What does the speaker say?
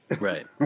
Right